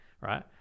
right